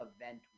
event